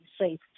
safe